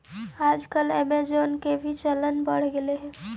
आजकल ऐमज़ान पे के भी चलन बढ़ गेले हइ